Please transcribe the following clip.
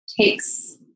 takes